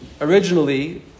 originally